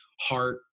heart